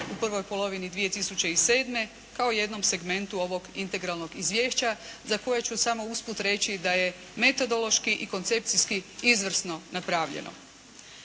u prvoj polovini 2007. kao jednom segmentu ovog integralnog izvješća za koje ću samo usput reći da je metodološki i koncepcijski izvrsno napravljeno.